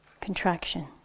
contraction